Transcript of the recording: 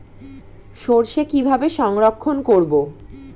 সরষে কিভাবে সংরক্ষণ করব?